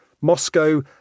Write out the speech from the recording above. Moscow